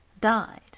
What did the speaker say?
died